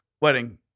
wedding